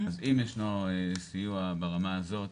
אז אם ישנו סיוע ברמה הזאת,